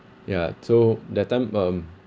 ya so that time um